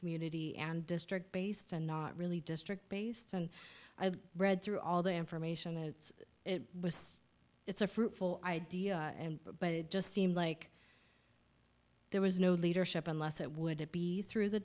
community and district based and not really district based and i've read through all the information that's it was it's a fruitful idea but it just seemed like there was no leadership unless it would it be through the